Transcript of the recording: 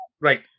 right